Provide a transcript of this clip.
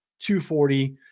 240